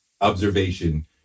observation